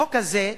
החוק הזה,